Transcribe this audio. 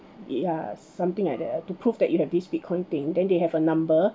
ya something like that ah to prove that you have this bitcoin thing then they have a number